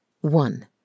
One